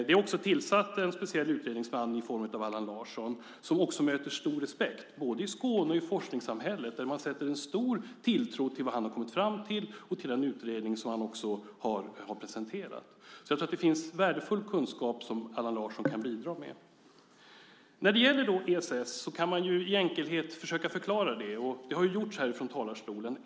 Det är också tillsatt en speciell utredningsman, Allan Larsson, som möter stor respekt, både i Skåne och i forskningssamhället där man sätter en stor tilltro till vad han har kommit fram till och till den utredning som han har presenterat. Jag tror att det finns värdefull kunskap som Allan Larsson kan bidra med. När det gäller ESS kan man i enkelhet försöka förklara det. Det har gjorts härifrån talarstolen.